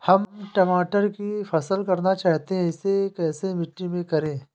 हम टमाटर की फसल करना चाहते हैं इसे कैसी मिट्टी में करें?